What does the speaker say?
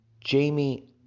Jamie